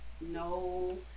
no